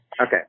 Okay